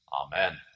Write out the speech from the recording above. Amen